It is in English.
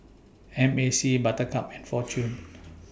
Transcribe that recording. M A C Buttercup and Fortune